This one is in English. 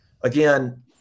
Again